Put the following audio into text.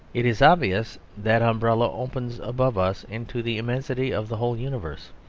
it is obvious that umbrella opens above us into the immensity of the whole universe.